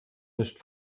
nicht